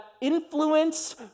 influence